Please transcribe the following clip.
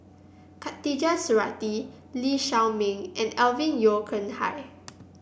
Khatijah Surattee Lee Shao Meng and Alvin Yeo Khirn Hai